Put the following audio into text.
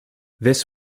this